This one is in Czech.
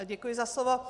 Děkuji za slovo.